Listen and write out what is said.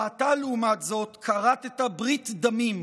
ואתה לעומת זאת כרת ברית דמים,